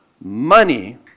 Money